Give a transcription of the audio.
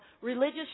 religious